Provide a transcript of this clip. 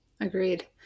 Agreed